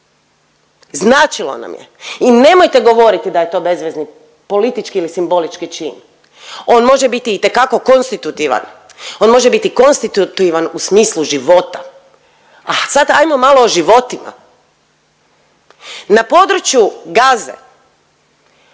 Značilo nam je i nemojte govoriti da je to bezvezni politički ili simbolički čin. On može biti itekako konstitutivan. On može biti konstitutivan u smislu života. A sad hajmo malo o životima. Na području Gaze